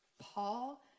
Paul